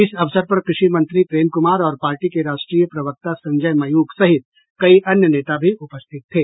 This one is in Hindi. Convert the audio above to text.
इस अवसर पर कृषि मंत्री प्रेम कुमार और पार्टी के राष्ट्रीय प्रवक्ता संजय मयूख सहित कई अन्य नेता भी उपस्थित थे